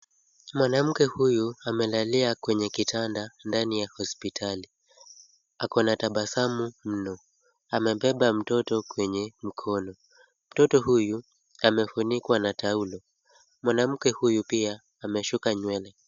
Mwanamke huyu amelalia kwenye kitanda ndani ya hospitali. Ako na tabasamu mno. Amebeba mtoto kwenye mkono. Mtoto huyu amefunikwa na taulo. Mwanamke huyu pia ameshuka nywele.